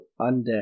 undead